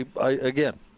again